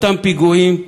אותם פיגועים,